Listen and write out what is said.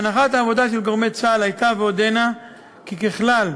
הנחת העבודה של גורמי צה"ל הייתה ועודנה כי ככלל,